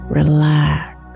relax